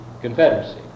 Confederacy